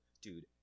Dude